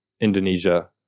Indonesia